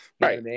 right